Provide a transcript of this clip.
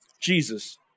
Jesus